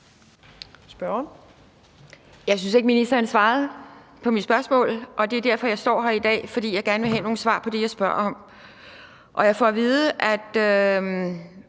Jeg synes ikke, at ministeren svarede på mit spørgsmål, og det er derfor, jeg står her i dag. Jeg vil gerne have nogle svar på det, jeg spørger om. Jeg får at vide, at